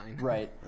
Right